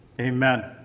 Amen